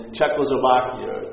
Czechoslovakia